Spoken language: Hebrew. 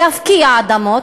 להפקיע אדמות,